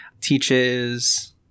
teaches